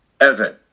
Evan